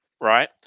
right